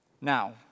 Now